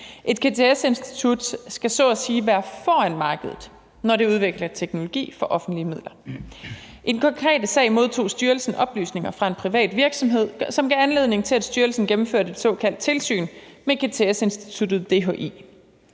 Et GTS-institut skal så at sige være foran markedet, når det udvikler teknologi for offentlige midler. I den konkrete sag modtog styrelsen oplysninger fra en privat virksomhed, som gav anledning til, at styrelsen gennemførte et såkaldt tilsyn med GTS-instituttet DHI.